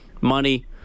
money